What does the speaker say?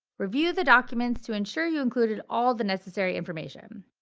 review the documents to ensure you included all the necessary information.